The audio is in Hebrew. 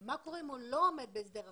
ומה קורה אם הוא לא עומד בהסדר החוב,